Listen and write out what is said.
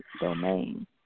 domain